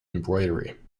embroidery